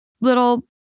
little